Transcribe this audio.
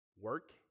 work